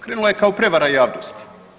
Krenula je kao prevara javnosti.